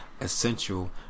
essential